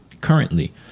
currently